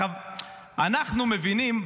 אנחנו מבינים,